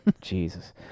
jesus